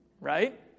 right